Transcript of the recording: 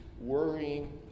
worrying